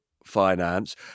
Finance